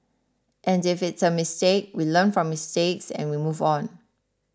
and if it's a mistake we learn from mistakes and we move on